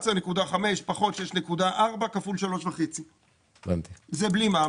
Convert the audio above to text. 11.5 פחות 6.4 כפול 3.5. זה בלתי מע"מ.